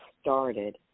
started